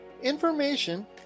information